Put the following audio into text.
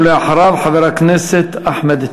ואחריו, חבר הכנסת אחמד טיבי.